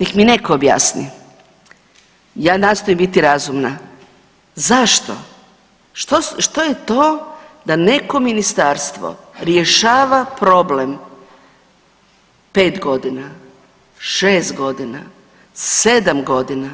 Nek mi netko objasni, ja nastojim biti razumna, zašto, što je to da neko ministarstvo rješava problem 5.g., 6.g., 7.g.